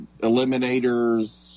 Eliminators